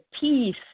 peace